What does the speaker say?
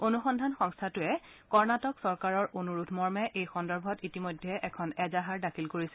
অনুসন্ধান সংস্থাটোৱে কৰ্ণাটক চৰকাৰৰ অনুৰোধমৰ্মে এই সন্দৰ্ভত ইতিমধ্যে এখন এজাহাৰ দাখিল কৰিছে